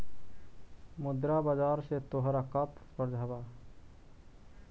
मुद्रा बाजार से तोहरा का तात्पर्य हवअ